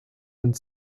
und